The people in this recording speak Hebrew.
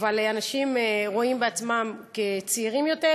אבל אנשים רואים בעצמם צעירים יותר,